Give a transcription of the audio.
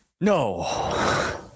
No